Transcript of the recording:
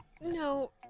No